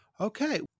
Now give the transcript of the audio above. Okay